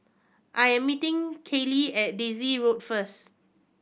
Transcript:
I am meeting Kiley at Daisy Road first